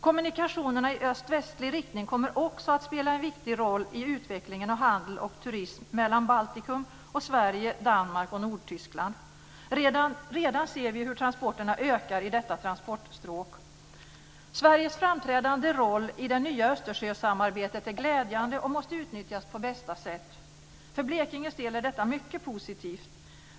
Kommunikationerna i öst-västlig riktning kommer också att spela en viktig roll i utvecklingen av handel och turism mellan Baltikum och Sverige, Danmark och Nordtyskland. Redan ser vi hur transporterna ökar i detta transportstråk. Sveriges framträdande roll i det nya Östersjösamarbetet är glädjande, och måste utnyttjas på bästa sätt. För Blekinges del är detta mycket positivt.